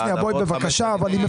רק שנייה, בואי בבקשה אבל הערה.